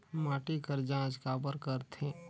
माटी कर जांच काबर करथे?